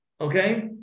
Okay